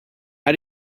how